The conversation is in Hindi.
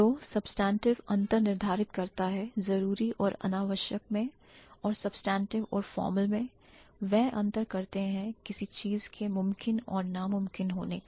तो substantive अंतर निर्धारित करता है जरूरी और अनावश्यक में और substantive और formal में वह अंतर करते हैं किसी चीज के मुमकिन और नामुमकिन होने का